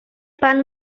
pan